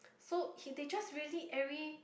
so he they just really every